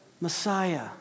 Messiah